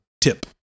tip